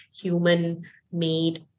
human-made